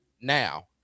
now